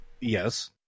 Yes